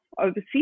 overseas